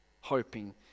hoping